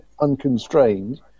unconstrained